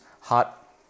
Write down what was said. hot